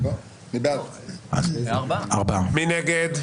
מי נגד?